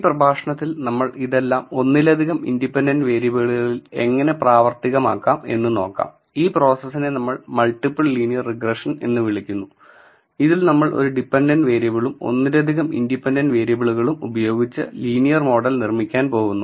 ഈ പ്രഭാഷണത്തിൽ നമ്മൾ ഇതെല്ലാം ഒന്നിലധികം ഇൻഡിപെൻഡന്റ് വേരിയബിളുകളിൽ എങ്ങനെ പ്രാവർത്തികമാക്കാം എന്ന് നോക്കാം ഈ പ്രോസസ്സിനെ നമ്മൾ മൾട്ടിപ്പിൾ ലീനിയർ റിഗ്രഷൻ എന്ന് വിളിക്കുന്നു ഇതിൽ നമ്മൾ ഒരു ഡിപെന്റന്റ് വേരിയബിളും ഒന്നിലധികം ഇൻഡിപെൻഡന്റ് വേരിയബിളുകളും ഉപയോഗിച്ച് ലീനിയർ മോഡൽ നിർമ്മിക്കാൻ പോകുന്നു